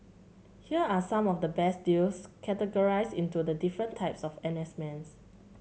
here are some of the best deals categorised into the different types of N S mans